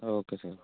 okay sir